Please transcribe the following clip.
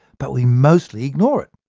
but we mostly ignore it.